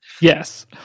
Yes